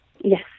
Yes